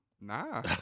Nah